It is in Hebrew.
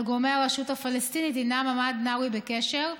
גורמי הרשות הפלסטינית שעימם עמד נאווי בקשר.